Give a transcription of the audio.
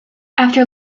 after